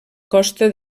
costa